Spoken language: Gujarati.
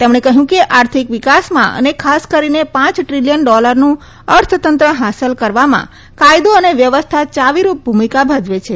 તેમણે કહ્યું કે આર્થિક વિકાસમાં અને ખાસ કરીને પાંચ દ્રિલિયન ડોલરનું અર્થતંત્ર હાંસલ કરવામાં કાયદો અને વ્યવસ્થા યાવીરૂપ ભૂમિકા ભજવે છે